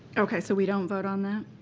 okay, so we don't vote on that?